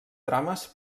trames